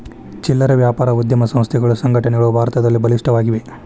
ಚಿಲ್ಲರೆ ವ್ಯಾಪಾರ ಉದ್ಯಮ ಸಂಸ್ಥೆಗಳು ಸಂಘಟನೆಗಳು ಭಾರತದಲ್ಲಿ ಬಲಿಷ್ಠವಾಗಿವೆ